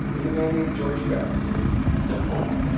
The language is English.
and a man named george ferris stepped forward.